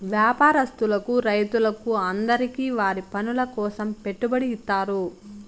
వ్యాపారస్తులకు రైతులకు అందరికీ వారి పనుల కోసం పెట్టుబడి ఇత్తారు